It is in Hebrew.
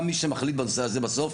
מי שמחליט בנושא הזה בסוף,